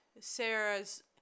Sarah's